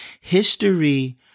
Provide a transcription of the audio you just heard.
history